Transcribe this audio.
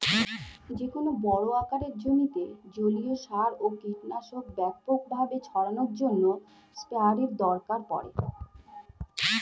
যেকোনো বড় আকারের জমিতে জলীয় সার ও কীটনাশক ব্যাপকভাবে ছড়ানোর জন্য স্প্রেয়ারের দরকার পড়ে